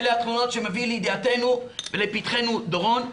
אלה התמונות שמביא לידיעתנו ולפתחינו דורון,